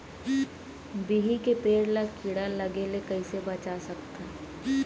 बिही के पेड़ ला कीड़ा लगे ले कइसे बचा सकथन?